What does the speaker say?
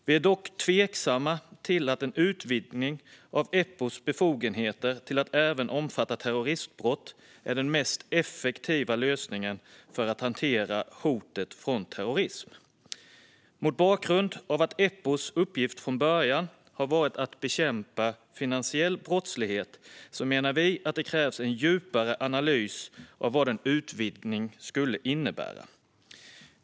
Vi är dock tveksamma till att en utvidgning av Eppos befogenheter till att även omfatta terroristbrott är den mest effektiva lösningen för att hantera hotet från terrorism. Mot bakgrund av att Eppos uppgift från början har varit att bekämpa finansiell brottslighet menar vi att det krävs en djupare analys av vad en utvidgning skulle innebära.